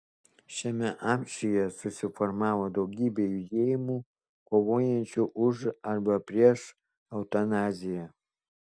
šiame amžiuje susiformavo daugybė judėjimų kovojančių už arba prieš eutanaziją